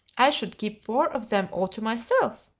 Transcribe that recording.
i should keep four of them all to myself.